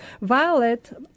Violet